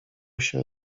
się